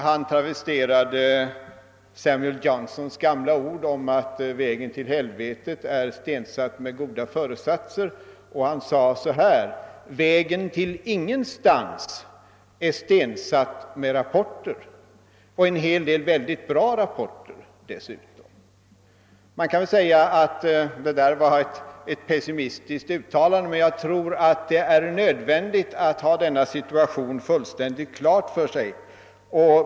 Han travesterade Samuel Johnsons gamla ord om att vägen till helvetet är stensatt med goda föresatser, och han sade: » Vägen till ingenstans är stensatt med rapporter och en hel del väldigt bra rapporter dessutom.» Det där var naturligtvis ett pessimistiskt uttalande, men jag tror att det är nödvändigt att ha situationen fullstän digt klar för sig.